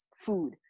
food